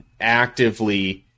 actively